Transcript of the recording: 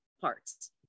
parts